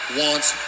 wants